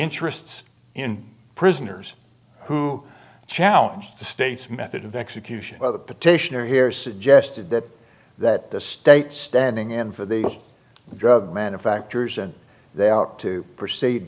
interests in prisoners who challenge the state's method of execution whether petitioner here suggested that that the state standing in for the drug manufacturers and they ought to p